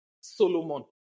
Solomon